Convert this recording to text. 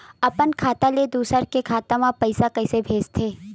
अपन खाता ले दुसर के खाता मा पईसा कइसे भेजथे?